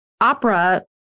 opera